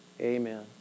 Amen